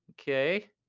Okay